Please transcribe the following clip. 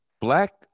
Black